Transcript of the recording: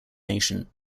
nation